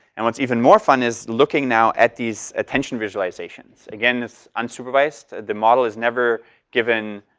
and what's even more fun is looking now at this attention visualizations. again, it's unsupervised, the model is never given